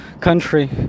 country